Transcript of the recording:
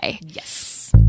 Yes